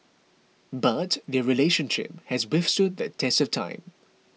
but their relationship has withstood the test of time